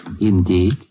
Indeed